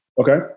okay